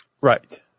Right